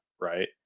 right